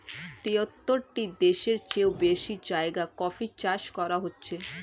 তিয়াত্তরটি দেশের চেও বেশি জায়গায় কফি চাষ করা হচ্ছে